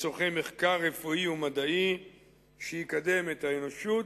לצורכי מחקר רפואי ומדעי שיקדם את האנושות,